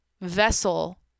vessel